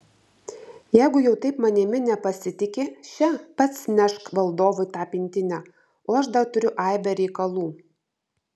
jeigu jau taip manimi nepasitiki še pats nešk valdovui tą pintinę o aš dar turiu aibę reikalų